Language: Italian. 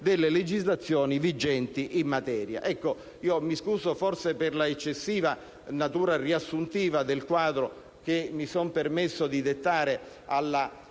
delle legislazioni vigenti in materia. Mi scuso per l'eccessiva natura riassuntiva del quadro che mi sono permesso di dettare nel